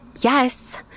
yes